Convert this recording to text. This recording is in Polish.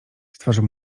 stworzą